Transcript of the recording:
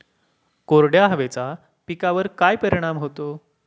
कोरड्या हवेचा पिकावर काय परिणाम होतो?